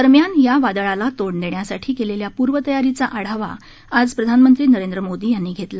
दरम्यान या वादळाला तोंड देण्यासाठी केलेल्या पूर्वतयारीचा आढावा आज प्रधानमंत्री नरेंद्र मोदी यांनी घेतला